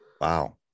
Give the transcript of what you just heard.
wow